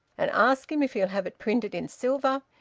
and ask him if he'll have it printed in silver,